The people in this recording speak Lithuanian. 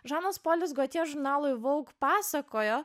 žanas polis gotje žurnalui vogue pasakojo